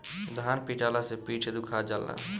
धान पिटाला से पीठ दुखा जाला